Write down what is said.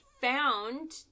found